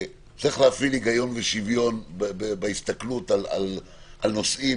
צריך להפעיל היגיון ושוויון בהסתכלות על נושאים,